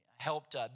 Helped